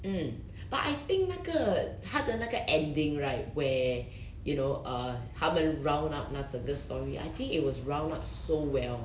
mm but I think 那个它的那个 ending right where you know err 他们 round up 那整个 story I think it was round up so well